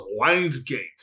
Lionsgate